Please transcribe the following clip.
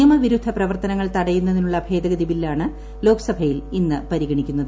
നിയമവിരുദ്ധ പ്രവർത്തനങ്ങൾ തടയുന്നതിനുള്ള ഭേദഗതി ബില്ലാണ് ലോക്സഭയിൽ ഇന്ന് പരിഗണിക്കുന്നത്